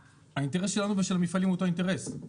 האינטרס שלנו ושל המפעלים הוא אותו האינטרס.